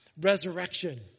Resurrection